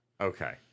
Okay